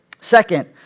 second